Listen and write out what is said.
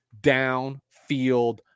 downfield